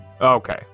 Okay